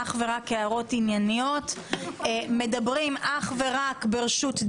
גם פה אני מבקשת לעניין הזה- אך ורק הערות ענייניות וברשות דיבור.